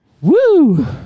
Woo